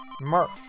Murph